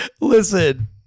Listen